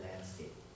landscape